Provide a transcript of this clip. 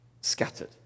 Scattered